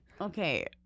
Okay